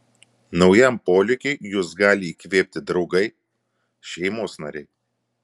naujam polėkiui jus gali įkvėpti draugai šeimos nariai